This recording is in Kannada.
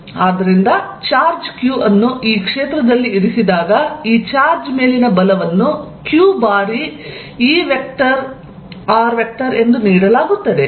ಆದ್ದರಿಂದ ಚಾರ್ಜ್ q ಅನ್ನು ಈ ಕ್ಷೇತ್ರದಲ್ಲಿ ಇರಿಸಿದಾಗ ಈ ಚಾರ್ಜ್ ಮೇಲಿನ ಬಲವನ್ನು q ಬಾರಿ E ಎಂದು ನೀಡಲಾಗುತ್ತದೆ